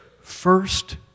first